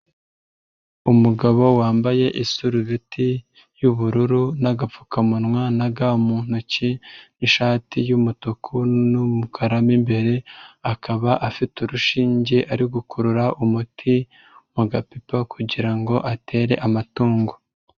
Umugabo wambaye isurubeti y'ubururu n'agapfukamunwa na ga mu ntoki n'ishati y'umutuku n'umukara mo imbere, akaba afite urushinge ari gukurura umuti mu gapipa kugira ngo atere amatungo.